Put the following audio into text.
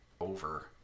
over